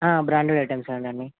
branded items అండి అన్నీ